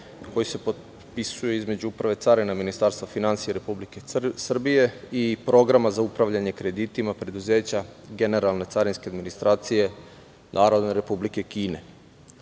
koji se potpisuje između Uprave carina Ministarstva finansija Republike Srbije i Programa za upravljanje kreditima preduzeća Generalne carinske administracije Narodne Republike Kine. Na